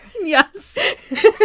Yes